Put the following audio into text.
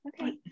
okay